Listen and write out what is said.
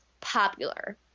popular